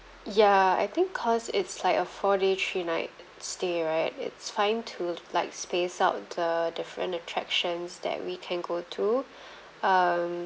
ya I think because it's like a four day three night stay right it's fine to like space out the different attractions that we can go to um